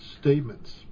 statements